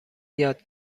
یاد